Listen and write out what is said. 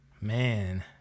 Man